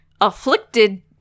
afflicted